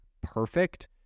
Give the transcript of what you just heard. perfect